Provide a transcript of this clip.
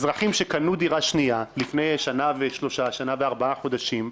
אז אזרחים שקנו דירה שנייה לפני שנה ושלושה-שנה וארבעה חודשים,